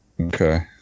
okay